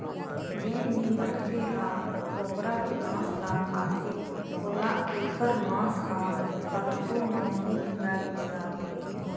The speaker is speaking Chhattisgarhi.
जेन भी मनखे ह बोकरा के मांस ल खाथे ओला एखर मांस ह कतको महंगी मिलय बिसाथे